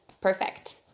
perfect